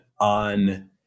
on